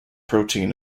protein